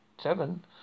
seven